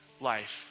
life